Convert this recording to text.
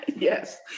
Yes